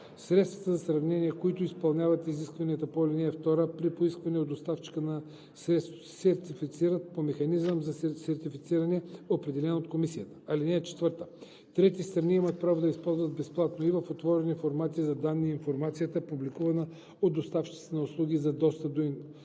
Средствата за сравнение, които изпълняват изискванията по ал. 2, при поискване от доставчика на средството се сертифицират по механизъм за сертифициране, определен от комисията. (4) Трети страни имат правото да използват безплатно и в отворени формати за данни информацията, публикувана от доставчиците на услуги за достъп до интернет